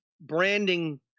branding